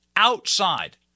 outside